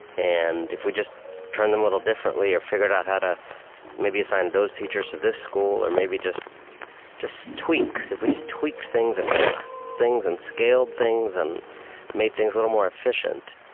and if we just turned them a little differently or figured out how to maybe assign those teachers to this school or maybe just just tweaks if we just tweaked things and fixed things and scaled things and made things a little more efficient,